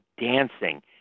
dancing